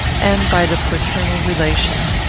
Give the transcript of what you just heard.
and by the fraternal relation.